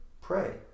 Pray